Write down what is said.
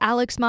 Alex